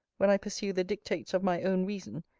when i pursue the dictates of my own reason,